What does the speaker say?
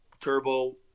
Turbo